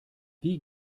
wie